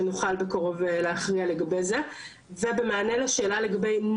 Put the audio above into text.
ובמענה לשאלה לגבי נוהל ניכויים כשהעובד עדיין בישראל,